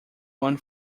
one